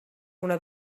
una